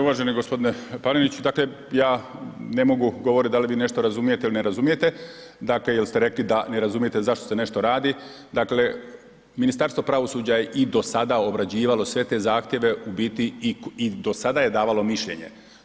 Uvaženi gospodine Paneniću, dakle ja ne mogu govoriti da li vi nešto razumijete ili ne razumijete dakle jer ste rekli da ne razumijete zašto se nešto radi, dakle Ministarstvo pravosuđa je i do sada obrađivalo sve te zahtjeve i u biti i do sada je davalo mišljenje.